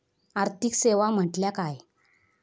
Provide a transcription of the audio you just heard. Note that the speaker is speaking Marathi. आर्थिक सेवा म्हटल्या काय?